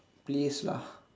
please lah